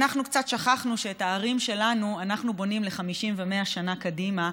אנחנו קצת שכחנו שאת הערים שלנו אנחנו בונים ל-50 ול-100 שנה קדימה,